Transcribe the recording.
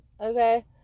okay